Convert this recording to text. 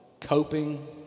Coping